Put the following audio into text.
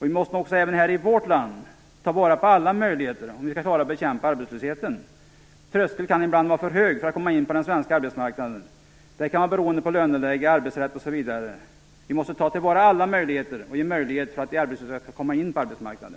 Vi måste även här i vårt land ta vara på alla möjligheter om vi skall klara att bekämpa arbetslösheten. Tröskeln kan ibland vara för hög för att komma in på den svenska arbetsmarknaden. Det kan bero på löneläge, arbetsrätt, osv. Vi måste ta till vara alla möjligheter för att de arbetslösa skall komma in på arbetsmarknaden.